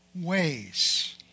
ways